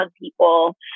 people